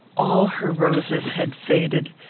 all her roses had faded,